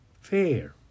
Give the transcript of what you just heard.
fair